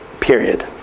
Period